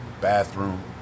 bathroom